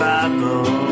Bible